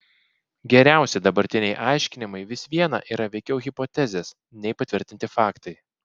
geriausi dabartiniai aiškinimai vis viena yra veikiau hipotezės nei patvirtinti faktai